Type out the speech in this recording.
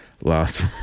last